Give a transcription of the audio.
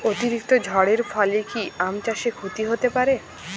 অতিরিক্ত ঝড়ের ফলে কি আম চাষে ক্ষতি হতে পারে?